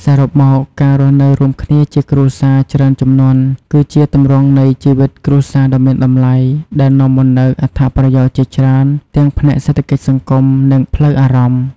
សរុបមក ការរស់នៅរួមគ្នាជាគ្រួសារច្រើនជំនាន់ គឺជាទម្រង់នៃជីវិតគ្រួសារដ៏មានតម្លៃ ដែលនាំមកនូវអត្ថប្រយោជន៍ជាច្រើនទាំងផ្នែកសេដ្ឋកិច្ច សង្គម និងផ្លូវអារម្មណ៍។